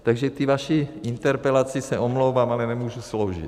Takže k tý vaší interpelaci se omlouvám, ale nemůžu sloužit.